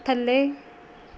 ਥੱਲੇ